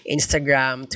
Instagram